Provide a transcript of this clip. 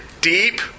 deep